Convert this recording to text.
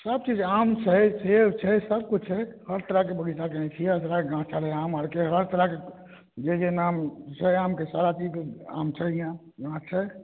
सब चीज छै आम छै सेब छै सब किछु छै हर तरहके कयने छी हर तरहके गाहक है हमर आम आरके हर तरहके जे जे नाम से आमके सारा चीज आम छै यहांँ हँ छै